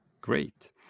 great